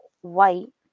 white